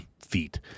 feet